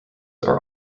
are